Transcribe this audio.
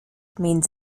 means